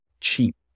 cheap